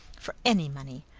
for any money.